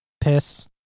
Piss